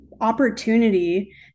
opportunity